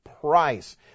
price